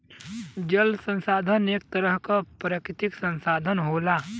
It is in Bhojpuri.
जल संसाधन एक तरह क प्राकृतिक संसाधन होला